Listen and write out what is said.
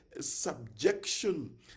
subjection